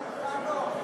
אתה לא.